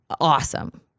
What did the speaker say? awesome